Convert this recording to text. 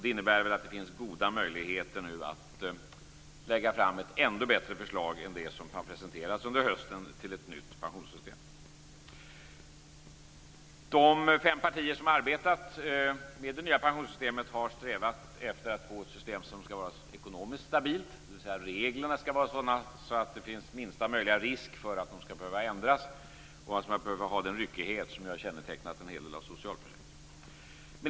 Det innebär att det finns goda möjligheter nu att lägga fram ett ännu bättre förslag än det som presenterades under hösten till ett nytt pensionssystem. De fem partier som arbetat med det nya pensionssystemet har strävat efter att få ett ekonomiskt stabilt system, dvs. att reglerna skall vara sådana att det finns minsta möjliga risk för att de skall behöva ändras, att man inte behöver ha den ryckighet som har kännetecknat en hel del av socialförsäkringarna.